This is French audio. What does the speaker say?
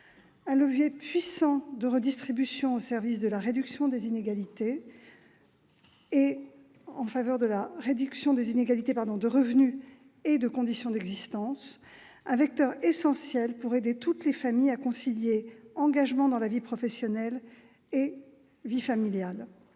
un levier puissant de redistribution au service de la réduction des inégalités de revenus et de conditions d'existence et un vecteur essentiel pour aider toutes les familles à concilier engagement dans la vie professionnelle et vie familiale.